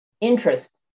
interest